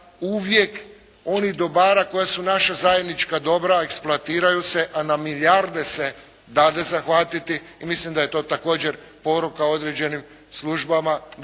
uvijek onih dobara koji su naša zajednička dobra eksploatiraju se, a na milijarde se dade zahvatiti i mislim da je to također poruka određenim službama